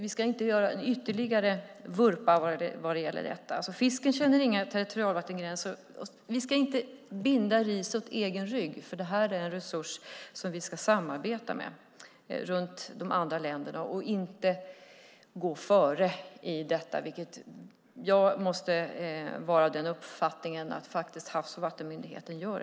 Vi ska inte göra en ytterligare vurpa vad gäller detta. Fisken känner inga territorialvattengränser. Och vi ska inte binda ris åt egen rygg, för det här är en resurs som vi ska samarbeta med de andra länderna om. Vi ska inte gå före i detta, vilket jag måste vara av uppfattningen att Havs och vattenmyndigheten gör.